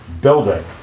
building